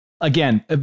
again